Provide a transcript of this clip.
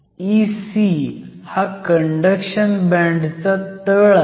Ec हा conduction बँडचा तळ आहे